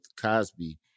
Cosby